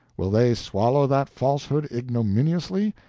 will they swallow that falsehood ignominiously,